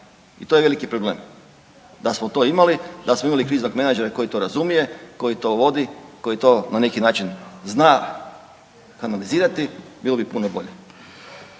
i to je veliki problem, da smo to imali, da smo imali kriznog menadžera koji to razumije, koji to vodi i koji to na neki način zna analizirati bilo bi puno bolje.